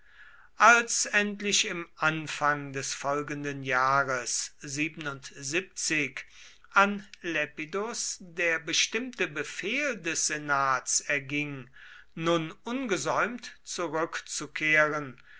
als endlich im anfang des folgenden jahres an lepidus der bestimmte befehl des senats erging nun ungesäumt zurückzukehren